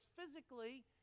physically